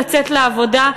לצאת לעבודה,